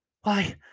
Why